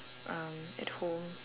um at home